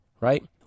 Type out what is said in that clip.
Right